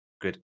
good